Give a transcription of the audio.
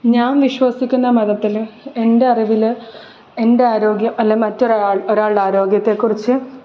ഞാൻ വിശ്വസിക്കുന്ന മതത്തിൽ എൻറെ അറിവിൽ എൻറെ ആരോഗ്യം അല്ലെങ്കിൽ മറ്റൊരാ ഒരാളുടെ ആരോഗ്യത്തെക്കുറിച്ച്